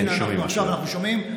כן, שומעים.